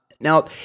Now